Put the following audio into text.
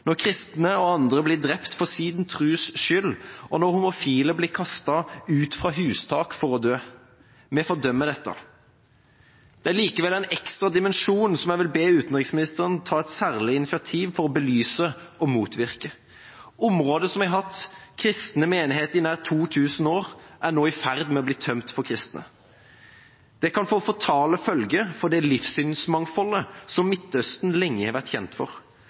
når kristne og andre blir drept for sin tros skyld, og når homofile blir kastet ut fra hustak for å dø. Vi fordømmer dette. Det er likevel en ekstra dimensjon som jeg vil be utenriksministeren ta et særlig initiativ til å belyse og motvirke. Områder som har hatt kristne menigheter i nær to tusen år, er nå i ferd med å bli tømt for kristne. Det kan få fatale følger for det livssynsmangfoldet som Midtøsten lenge har vært kjent for.